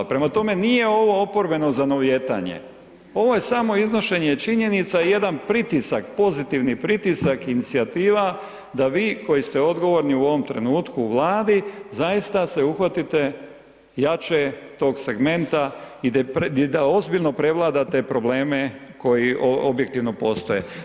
Prema tome, nije ovo oporbeno zanovijetanje, ovo je samo iznošenje činjenica, jedan pritisak, pozitivni pritisak inicijativa da vi koji ste odgovorni u ovom trenutku u Vladi, zaista se uhvatite jače tog segmenta i da ozbiljno prevladate probleme koji objektivno postoje.